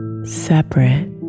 Separate